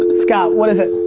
um scott. what is it?